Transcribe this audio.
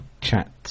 chat